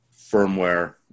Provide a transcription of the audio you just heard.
firmware